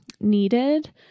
needed